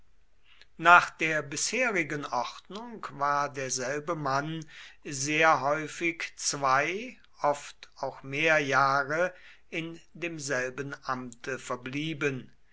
nach der bisherigen ordnung war derselbe mann sehr häufig zwei oft auch mehr jahre in demselben amte verblieben